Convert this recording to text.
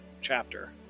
chapter